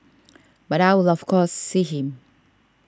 but I will of course see him